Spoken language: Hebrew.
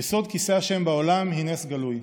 יסוד כיסא ה' בעולם, היא יסוד גלוי,